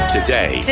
Today